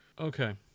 Okay